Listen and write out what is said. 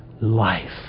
life